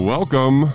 Welcome